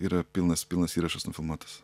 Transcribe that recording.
yra pilnas pilnas įrašas nufilmuotas